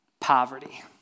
poverty